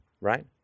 Right